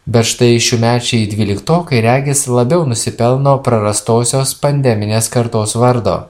bet štai šiųmečiai dvyliktokai regis labiau nusipelno prarastosios pandeminės kartos vardo